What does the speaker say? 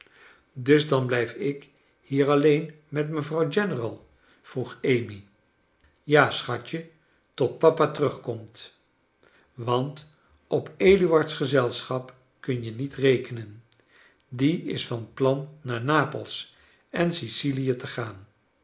dus dan blfjf ik hier alleen met mevrouw general vroeg amy ja schatje tot papa terugkomt want op eduard's gezelschap kun je niet rekenen die is van plain naar napels en sicilie te gaan